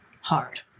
hard